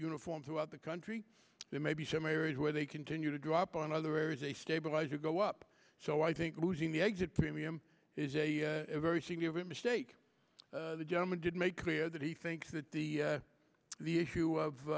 uniform throughout the country there may be some areas where they continue to drop on other areas a stabilizer go up so i think losing the exit premium is a very senior mistake the gentleman did make clear that he thinks that the the issue of